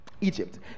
Egypt